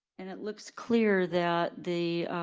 and it looks clear that the